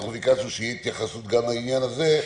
אנחנו לקראת איזושהי התייחסות גם לעניין הזה,